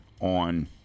on